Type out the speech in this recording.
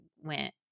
went